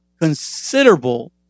considerable